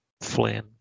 Flynn